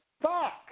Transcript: Fuck